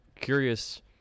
curious